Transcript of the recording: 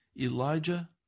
Elijah